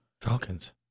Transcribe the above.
Falcons